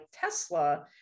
Tesla